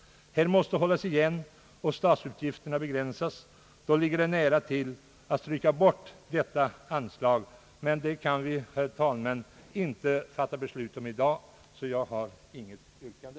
Vi måste hålla igen och begränsa statsutgifterna. Då ligger det nära till hands att stryka detta anslag, men det kan vi inte fatta beslut om i dag. Jag har därför, herr talman, inget yrkande.